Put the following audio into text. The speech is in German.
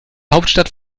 hauptstadt